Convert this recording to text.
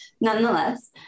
nonetheless